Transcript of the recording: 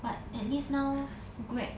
but at least now Grab